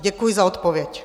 Děkuji za odpověď.